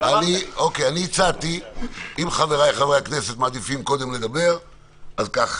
אני הצעתי שאם חבריי חברי הכנסת מעדיפים קודם לדבר אז כך